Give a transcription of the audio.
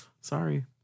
sorry